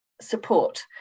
support